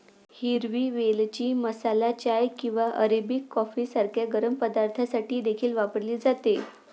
हिरवी वेलची मसाला चाय किंवा अरेबिक कॉफी सारख्या गरम पदार्थांसाठी देखील वापरली जाते